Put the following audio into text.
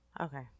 okay